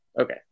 Okay